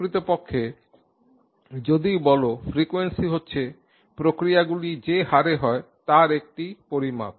প্রকৃতপক্ষে যদি বল ফ্রিকোয়েন্সি হচ্ছে প্রক্রিয়াগুলি যে হারে হয় তার একটি পরিমাপ